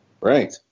Right